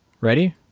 ready